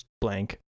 blank